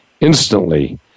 instantly